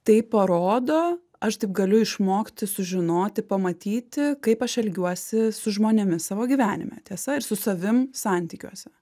tai parodo aš taip galiu išmokti sužinoti pamatyti kaip aš elgiuosi su žmonėmis savo gyvenime tiesa ir su savim santykiuose